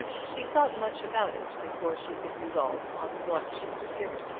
she thought much about it before she could resolve on what she would do.